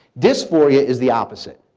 dysphoria is the opposite.